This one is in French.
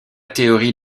théorie